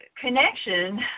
connection